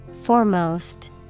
Foremost